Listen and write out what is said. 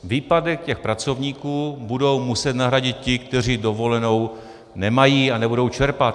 Výpadek těch pracovníků budou muset nahradit ti, kteří dovolenou nemají a nebudou ji čerpat.